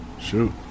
shoot